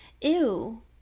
ew